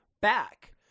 back